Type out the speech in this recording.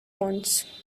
wants